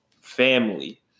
family